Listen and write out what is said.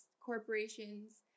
corporations